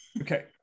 Okay